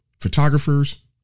Photographers